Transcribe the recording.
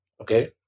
Okay